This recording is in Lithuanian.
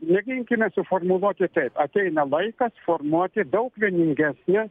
mėginkime suformuluoti taip ateina laikas formuoti daug vieningesnę